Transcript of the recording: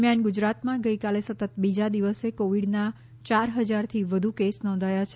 દરમિયાન ગુજરાતમાં ગઇકાલે સતત બીજા દિવસે કોવિડના ચાર હજારથી વધુ કેસ નોંધાયા છે